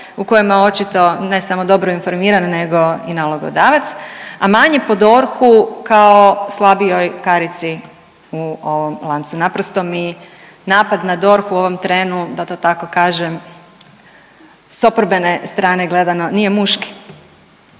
u kojima je očito ne samo dobro informiran nego i nalogodavac, a manje po DORH-u kao slabijoj karici u ovom lancu. Naprosto mi napad na DORH u ovom trenu da to tako kaže sa oporbene strane gledano nije muški.